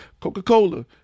Coca-Cola